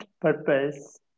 purpose